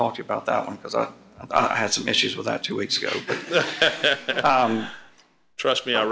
talk about that one because i had some issues with that two weeks ago but trust me i